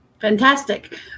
Fantastic